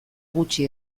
gutxi